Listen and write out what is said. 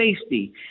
safety